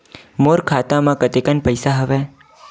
मोर खाता म कतेकन पईसा हवय?